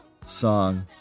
song